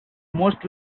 most